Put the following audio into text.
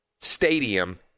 stadium